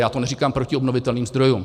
Já to neříkám proti obnovitelným zdrojům.